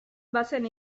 bazen